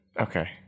Okay